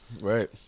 Right